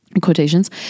quotations